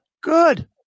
Good